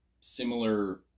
similar